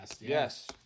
Yes